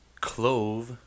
clove